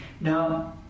Now